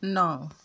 नौ